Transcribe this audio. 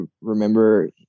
remember